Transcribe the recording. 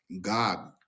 God